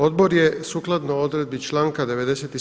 Odbor je sukladno odredbi članka 97.